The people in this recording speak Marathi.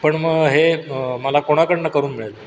पण मग हे मला कोणाकडनं करून मिळेल